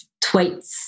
tweets